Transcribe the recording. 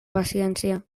paciència